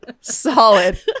Solid